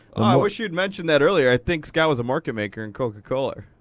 i wish you'd mentioned that earlier. i think scott was a market maker in coca-cola.